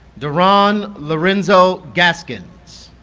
derron lorenzo gaskins